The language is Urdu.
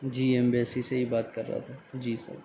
جی ایمبیسی سے ہی بات کر رہا تھا جی سر